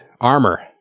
armor